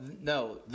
no